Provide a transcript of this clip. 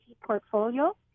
portfolio